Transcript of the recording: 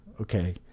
okay